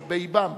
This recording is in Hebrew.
באבם.